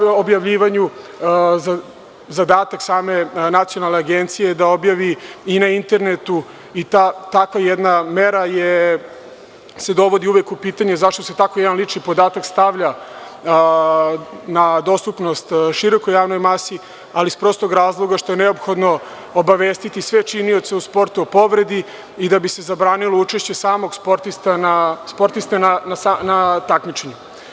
Pojave o objavljivanju zadatak same Nacionalne agencije je da objavi i na internetu i takva jedna mera se dovodi uvek u pitanje zašto se tako jedan lični podatak stavlja na dostupnost širokoj javnoj masi, ali iz prostog razloga što je neophodno obavestiti sve činioce u sportu o povredi i da bi se zabranilo učešće samog sportiste na takmičenju.